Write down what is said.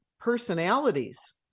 personalities